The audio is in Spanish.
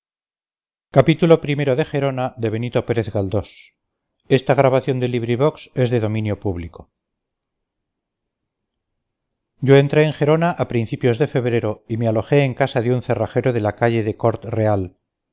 relación de andresillo marijuán yo entré en gerona a principios de febrero y me alojé en casa de un cerrajero de la calle de cort real